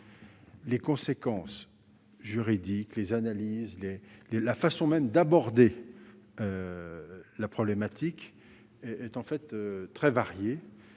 Les conséquences juridiques, les analyses possibles, la façon même d'aborder cette problématique sont de fait très variées.